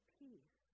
peace